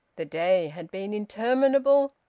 the day had been interminable,